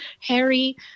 harry